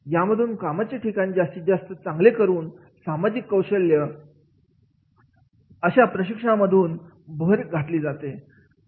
यामधून कामाचे ठिकाण जास्तीत जास्त चांगले करून सामाजिक कौशल्य अशा प्रशिक्षणा मधून भर दिली जातात